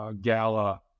gala